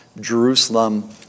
Jerusalem